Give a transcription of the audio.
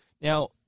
Now